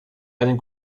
einen